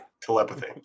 Telepathy